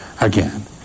again